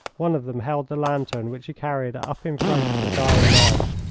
one of them held the lantern which he carried up in front of the dying man,